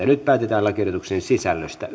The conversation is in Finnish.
nyt päätetään lakiehdotusten sisällöstä